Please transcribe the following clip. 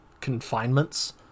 confinements